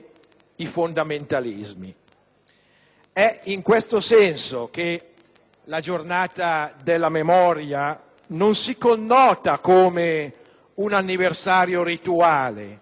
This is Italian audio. i fondamentalismi. È in questo senso che il Giorno della Memoria non si connota come un anniversario rituale,